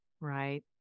right